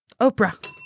Oprah